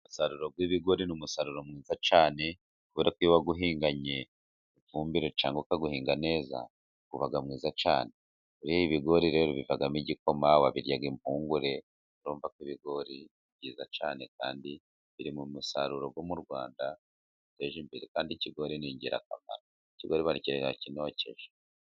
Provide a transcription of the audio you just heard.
Umusaruro w'ibigori ni umusaruro mwiza cyane kubera ko iyo wawuhinganye ifumbire cyangwa ukawhinga neza, uba mwiza cyane. Ibigori rero bivamo igikoma, wabirya impungure, urumva ko ibigori ari byiza cyane kandi biririmo umusaruro wo mu Rwanda uteje imbere, kandi ikigori ni ingirakamaro. Ikigori bakirya kinokeje.